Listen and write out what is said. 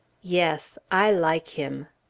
yes! i like him!